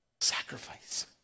Sacrifice